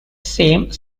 same